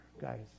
Guys